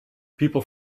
people